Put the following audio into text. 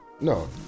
No